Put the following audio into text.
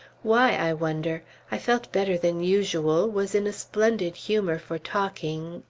why, i wonder? i felt better than usual, was in a splendid humor for talking,